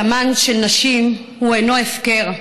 דמן של נשים הוא אינו הפקר,